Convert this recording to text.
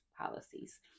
policies